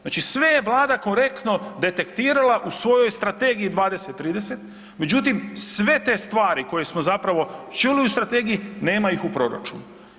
Znači sve je Vlada korektno detektirala u svojoj strategiji 20 30, međutim sve te stvari koje smo zapravo čuli u strategiji nema ih u proračunu.